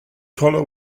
collar